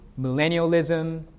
millennialism